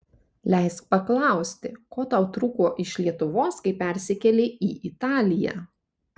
leisk paklausti ko tau trūko iš lietuvos kai persikėlei į italiją